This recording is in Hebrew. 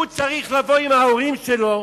והוא צריך לבוא עם ההורים שלו,